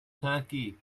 turkey